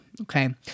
okay